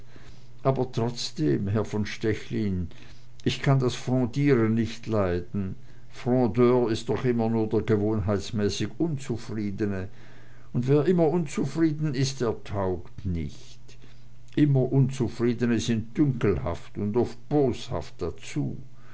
aber trotzdem herr von stechlin ich kann das frondieren nicht leiden frondeur ist doch immer nur der gewohnheitsmäßig unzufriedene und wer immer unzufrieden ist der taugt nichts immer unzufriedene sind dünkelhaft und oft boshaft dazu